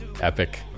Epic